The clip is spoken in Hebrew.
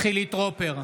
חילי טרופר,